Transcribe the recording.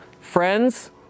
friends